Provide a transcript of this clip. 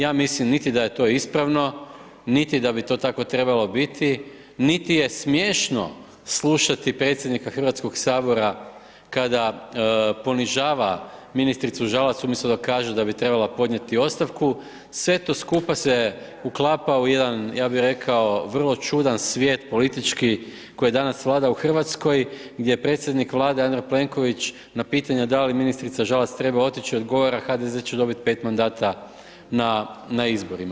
Ja mislim, niti da je to ispravno, niti da bi to tako trebalo biti, niti je smiješno slušati predsjednika Hrvatskog sabora kada ponižava ministricu Žalac umjesto da kaže da bi trebala podnijeti ostavku, sve to skupa se uklapa u jedan, ja bih rekao vrlo čudan svijet politički koji danas vlada u Hrvatskoj, gdje predsjednik Vlade Andrej Plenković na pitanje da li ministrica Žalac treba otići, odgovara HDZ će dobiti 5 mandata na, na izborima.